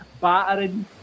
battering